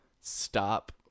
stop